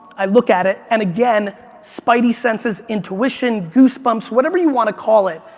i look at it and again spidey-senses, intuition, goosebumps, whatever you want to call it,